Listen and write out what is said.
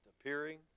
appearing